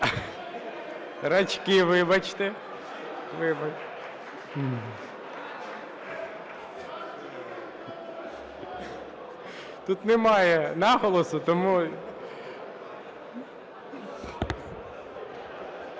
Рачки, вибачте. Тут немає наголосу, тому…